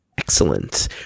Excellent